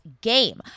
game